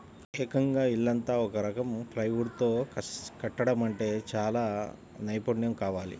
ఏకంగా ఇల్లంతా ఒక రకం ప్లైవుడ్ తో కట్టడమంటే చానా నైపున్నెం కావాలి